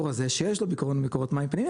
הזה שיש לו בעיקרון מקורות מים פנויים,